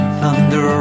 thunder